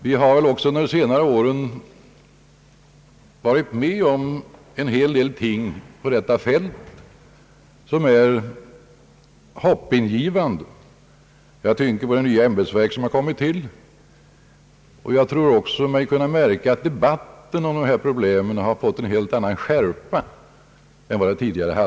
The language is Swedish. Vi har väl även under senare år fått uppleva en hel del hoppingivande på detta fält. Jag tänker på det nya ämbetsverk som har inrättats, och jag tror mig också kunna märka att debatten om dessa problem har fått en helt annan skärpa än tidigare.